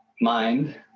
mind